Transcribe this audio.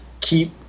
keep